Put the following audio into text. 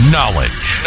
Knowledge